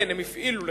כן, הם הפעילו לחצים,